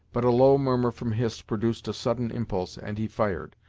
but a low murmur from hist produced a sudden impulse and he fired.